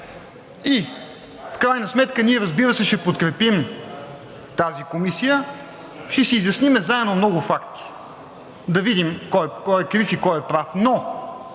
И в крайна сметка ние, разбира се, ще подкрепим тази комисия, ще си изясним заедно много факти да видим кой е крив и кой е прав,